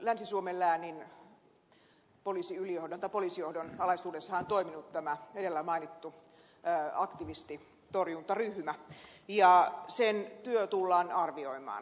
länsi suomen läänin poliisijohdon alaisuudessahan on toiminut tämä edellä mainittu aktivistitorjuntaryhmä ja sen työ tullaan arvioimaan